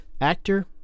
Actor